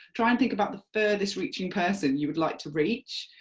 try and think about the furthest reaching person you would like to reach,